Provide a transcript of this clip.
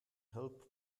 help